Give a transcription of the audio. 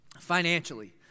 Financially